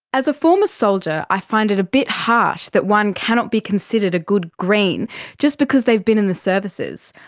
as a former soldier, i find it a bit harsh that one cannot be considered a good green just because they have been in the services.